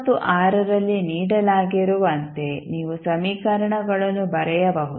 ಮತ್ತು ರಲ್ಲಿ ನೀಡಲಾಗಿರುವಂತೆ ನೀವು ಸಮೀಕರಣಗಳನ್ನು ಬರೆಯಬಹುದು